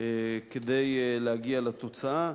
כדי להגיע לתוצאה.